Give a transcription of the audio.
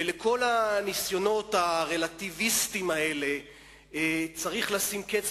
ולכל הניסיונות הרלטיביסטיים האלה צריך לשים קץ,